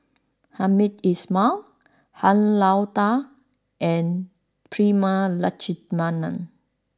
Hamed Ismail Han Lao Da and Prema Letchumanan